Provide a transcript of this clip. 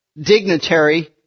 dignitary